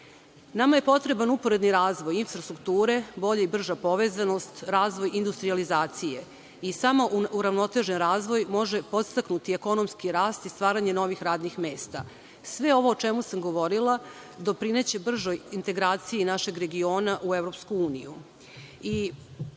je potreban uporedni razvoj infrastrukture, bolja i brža povezanost, razvoj industrijalizacije i samo uravnotežen razvoj može podstaknuti ekonomski rast i stvaranje novih radnih mesta. Sve ovo o čemu sam govorila doprineće bržoj integraciji našeg regiona u